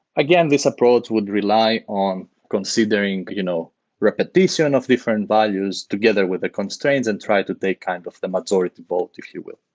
again, this approach would rely on considering you know repetition of different values together with the constraints and try to take kind of the majority vote if you will.